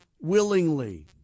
willingly